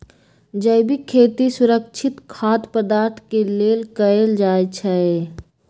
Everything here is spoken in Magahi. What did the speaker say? जैविक खेती सुरक्षित खाद्य पदार्थ के लेल कएल जाई छई